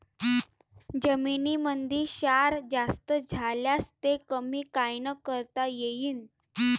जमीनीमंदी क्षार जास्त झाल्यास ते कमी कायनं करता येईन?